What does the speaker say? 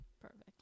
Perfect